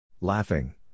Laughing